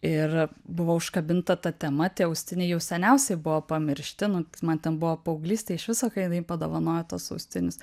ir buvo užkabinta ta tema tie austiniai jau seniausiai buvo pamiršti nu man ten buvo paauglystė iš viso kai jinai padovanojo tuos austinius